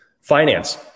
finance